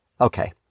Okay